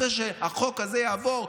אחרי שהחוק הזה יעבור,